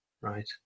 Right